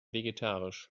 vegetarisch